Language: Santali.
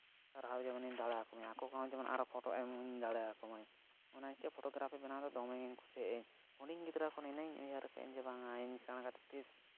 ᱥᱟᱨᱦᱟᱣ ᱡᱮᱢᱚᱱᱤᱧ ᱫᱟᱲᱮᱭᱟᱠᱚ ᱢᱟ ᱟᱠᱚ ᱠᱚᱦᱚᱸ ᱟᱨᱚ ᱫᱮᱢᱚᱱ ᱯᱷᱚᱴᱳ ᱮᱢᱤᱧ ᱫᱟᱲᱮ ᱟᱠᱚ ᱢᱟᱹᱧ ᱚᱱᱟ ᱪᱤᱠᱟᱹ ᱯᱷᱚᱴᱳᱜᱨᱟᱯᱷᱤ ᱵᱮᱱᱟᱣ ᱫᱚ ᱫᱚᱢᱮ ᱜᱤᱧ ᱠᱩᱥᱤᱭᱟᱜᱼᱤᱧ ᱦᱩᱰᱤᱹ ᱜᱤᱫᱽᱨᱟᱹ ᱠᱷᱚᱱ ᱤᱱᱟᱹᱧ ᱩᱭᱦᱟᱹᱨᱟᱠᱟᱜᱼᱟᱹᱧ ᱡᱮ ᱵᱟᱦᱟ ᱤᱧ ᱥᱮᱬᱟ ᱠᱟᱛᱮᱫ ᱛᱤᱥ